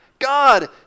God